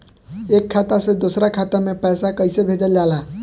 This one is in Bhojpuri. एक खाता से दूसरा खाता में पैसा कइसे भेजल जाला?